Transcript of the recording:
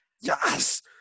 Yes